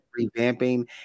revamping